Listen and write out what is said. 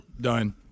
Done